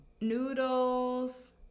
noodles